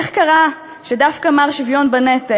איך קרה שדווקא "מר שוויון בנטל",